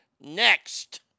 next